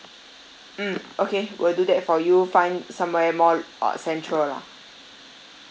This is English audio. mm okay we'll do that for you find somewhere more uh central lah